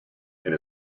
and